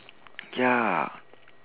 ya